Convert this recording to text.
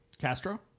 Castro